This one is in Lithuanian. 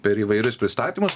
per įvairius pristatymus